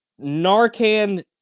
Narcan